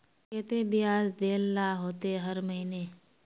केते बियाज देल ला होते हर महीने?